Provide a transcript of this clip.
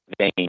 vein